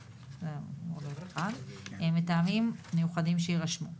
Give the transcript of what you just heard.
או דרך חשבונית או בכל דרך אחרת שמקובלת היום בשוק.